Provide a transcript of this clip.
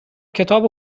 کتاب